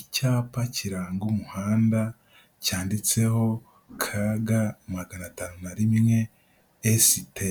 icyapa kiranga umuhanda cyanditseho kaga magana atanu na rimwe esite